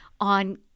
on